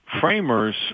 framers